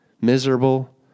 miserable